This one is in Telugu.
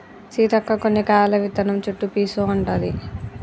సీతక్క కొన్ని కాయల విత్తనం చుట్టు పీసు ఉంటది